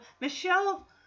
Michelle